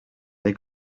they